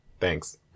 Thanks